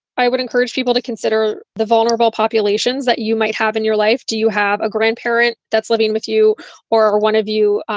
i would encourage people to consider the vulnerable populations that you might have in your life. do you have a grandparent that's living with you or one of you?